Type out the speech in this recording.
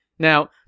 Now